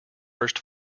burst